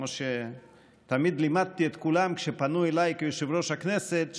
כמו שתמיד לימדתי את כולם כשפנו אליי כיושב-ראש הכנסת,